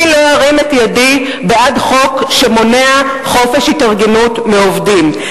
אני לא ארים את ידי בעד חוק שמונע חופש התארגנות מעובדים.